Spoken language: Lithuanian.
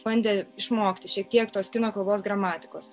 bandė išmokti šiek tiek tos kino kalbos gramatikos